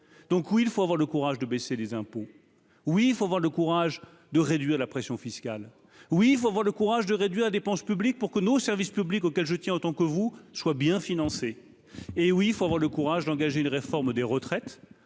donc où il faut avoir le courage de baisser les impôts, oui il faut avoir le courage de réduire la pression fiscale, oui il faut avoir le courage de réduire la dépense publique pour que nos services publics auxquels je tiens autant que vous, je vois bien financé, et oui il faut avoir le courage d'engager une réforme des retraites,